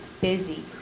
busy